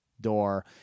door